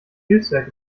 hilfswerk